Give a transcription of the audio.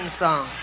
song